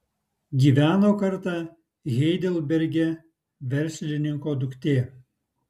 gyveno kartą heidelberge verslininko duktė